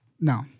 No